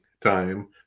time